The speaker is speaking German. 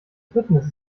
fitness